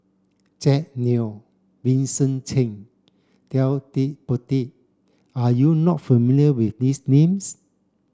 Jack Neo Vincent Cheng and Ted De Ponti You are not familiar with these names